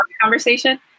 conversation